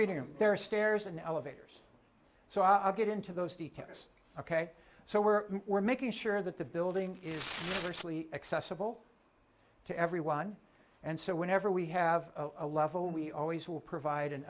reading room there are stairs in elevators so i'll get into those speakers ok so we're we're making sure that the building is mostly accessible to everyone and so whenever we have a level we always will provide an